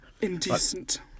indecent